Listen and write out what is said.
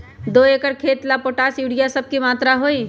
दो एकर खेत के ला पोटाश, यूरिया ये सब का मात्रा होई?